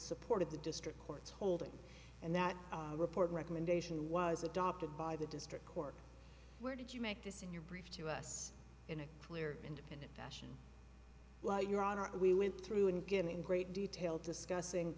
supported the district court's holding and that report recommendation was adopted by the district court where did you make this in your brief to us in a clear independent fashion well your honor we went through and get in great detail discussing